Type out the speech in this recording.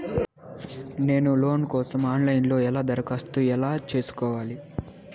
నేను లోను కోసం online లో ఎలా దరఖాస్తు ఎలా సేసుకోవాలి?